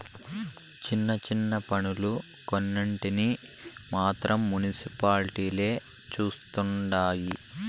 చిన్న చిన్న పన్నులు కొన్నింటిని మాత్రం మునిసిపాలిటీలే చుస్తండాయి